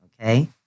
Okay